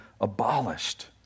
abolished